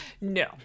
No